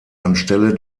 anstelle